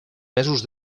mesos